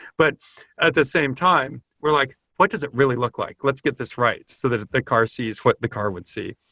but at the same time, we're like, what does it really look like? let's get this right so that the car sees what the car would see.